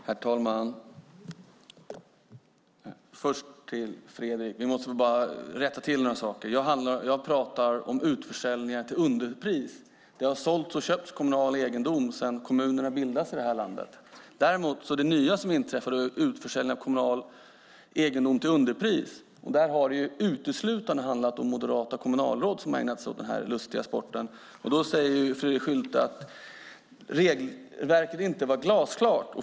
Herr talman! Jag måste rätta till några saker. Jag pratar om utförsäljningar till underpris. Det har sålts och köpts kommunal egendom sedan kommunerna bildades i det här landet. Däremot är det nya som har inträffat utförsäljningar av kommunal egendom till underpris. Där har det uteslutande handlat om moderata kommunalråd som har ägnat sig åt den här lustiga sporten. Då säger Fredrik Schulte att regelverket inte är glasklart.